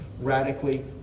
radically